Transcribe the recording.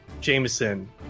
Jameson